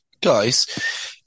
Guys